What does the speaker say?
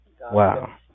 Wow